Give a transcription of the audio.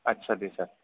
आदसा दे सार